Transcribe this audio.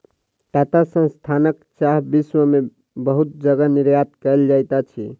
टाटा संस्थानक चाह विश्व में बहुत जगह निर्यात कयल जाइत अछि